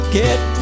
get